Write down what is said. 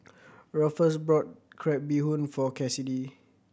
Rufus bought crab bee hoon for Cassidy